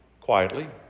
quietly